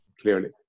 clearly